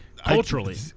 Culturally